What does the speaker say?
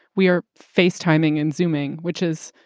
we are face timing and zooming, which is,